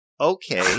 okay